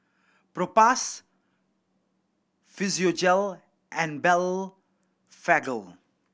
Propass Physiogel and Blephagel